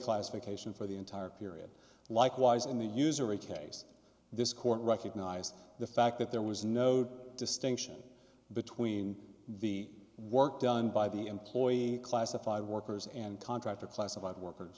classification for the entire period likewise in the usury case this court recognized the fact that there was no distinction between the work done by the employee classified workers and contractor classified workers